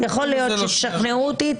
יכול להיות שתשכנעו אותי,